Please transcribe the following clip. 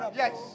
yes